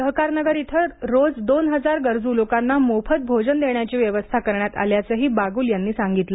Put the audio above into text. सहकारनगर इथं रोज दोन हजार गरजू लोकांना मोफत भोजन देण्याची व्यवस्था करण्यात आल्याचंही बागूल यांनी सांगितलं